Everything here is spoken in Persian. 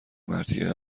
مرتیکه